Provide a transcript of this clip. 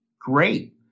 great